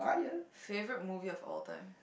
favourite movie of all time